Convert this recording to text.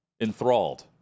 Enthralled